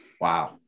Wow